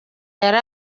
yari